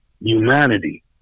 humanity